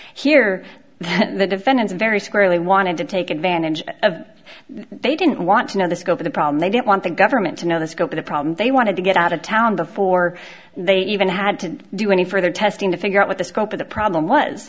here the defendants very squarely wanted to take advantage of they didn't want to know the scope of the problem they didn't want the government to know the scope of the problem they wanted to get out of town before they even had to do any further testing to figure out what the scope of the problem was